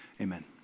Amen